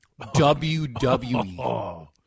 WWE